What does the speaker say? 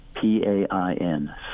P-A-I-N